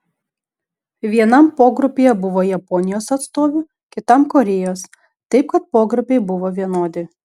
vienam pogrupyje buvo japonijos atstovių kitam korėjos taip kad pogrupiai buvo vienodi